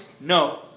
No